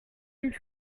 une